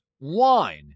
wine